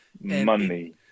Money